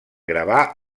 gravar